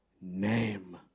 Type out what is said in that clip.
name